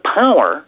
power